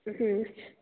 हूँ